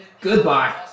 Goodbye